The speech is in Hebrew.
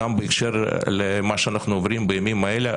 גם בהקשר למה שאנחנו עוברים בימים האלה,